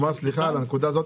סליחה, לנקודה הזאת.